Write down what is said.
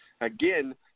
again